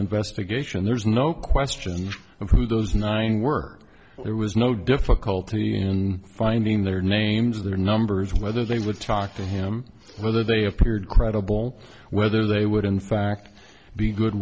investigation there's no question of who those nine were there was no difficulty in finding their names their numbers whether they would talk to him whether they appeared credible whether they would in fact be good